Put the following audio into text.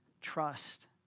trust